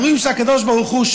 אנחנו רואים שהקדוש ברוך הוא,